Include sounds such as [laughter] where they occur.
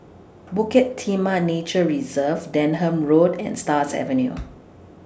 Bukit Timah Nature Reserve Denham Road and Stars Avenue [noise]